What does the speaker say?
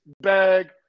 bag